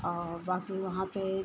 और बाकी वहाँ पर